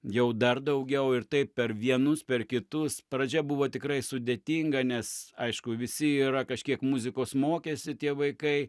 jau dar daugiau ir taip per vienus per kitus pradžia buvo tikrai sudėtinga nes aišku visi yra kažkiek muzikos mokėsi tie vaikai